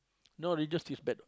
no religious teach bad